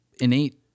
innate